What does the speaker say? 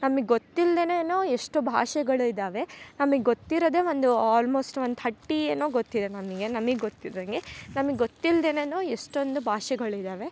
ನಮಗ್ ಗೊತ್ತಿಲ್ದೆನೇ ಎಷ್ಟೋ ಭಾಷೆಗಳು ಇದ್ದಾವೆ ನಮಗ್ ಗೊತ್ತಿರೋದೆ ಒಂದು ಆಲ್ಮೊಸ್ಟ್ ಒಂದು ತರ್ಟಿ ಏನೋ ಗೊತ್ತಿದೆ ನಮಗೆ ನಮಗ್ ಗೊತ್ತಿದ್ದಂಗೆ ನಮಗ್ ಗೊತ್ತಿಲ್ದೆನೇ ಎಷ್ಟೊಂದು ಭಾಷೆಗಳಿದ್ದಾವೆ